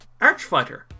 Archfighter